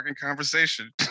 conversation